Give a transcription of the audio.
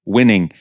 Winning